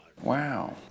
Wow